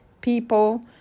people